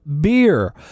Beer